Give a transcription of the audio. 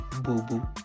boo-boo